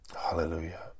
Hallelujah